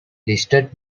listed